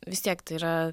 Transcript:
vis tiek tai yra